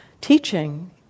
teaching